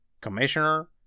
Commissioner